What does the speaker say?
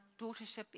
daughtership